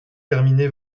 terminé